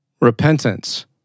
repentance